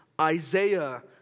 Isaiah